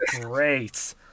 great